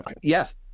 yes